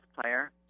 player